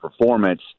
performance